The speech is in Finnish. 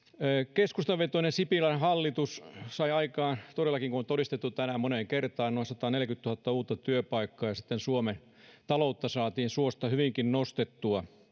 keskustavetoinen sipilän hallitus sai aikaan todellakin kuten on todistettu tänään moneen kertaan noin sataneljäkymmentätuhatta uutta työpaikkaa ja sitten suomen taloutta saatiin suosta hyvinkin nostettua